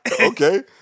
Okay